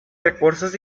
recursos